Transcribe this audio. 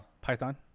Python